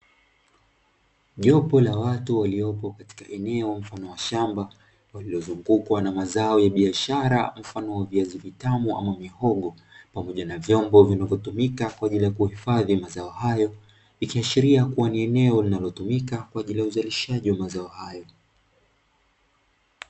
Jopo la watu waliopo katika eneo mfano wa shamba lililozungukwa na mazao ya biashara mfano wa viazi vitamu ama mihogo pamoja na vyombo vinavyotumika kwa ajili ya kuhifadhi mazao hayo, ikiashiria kuwa ni eneo linalotumika kwa ajili ya uzalishaji wa mazao hayo.